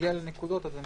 וכשנגיע לנקודות אני